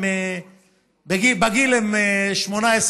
בגיל הם בני 18,